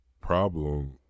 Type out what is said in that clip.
problem